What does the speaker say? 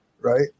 Right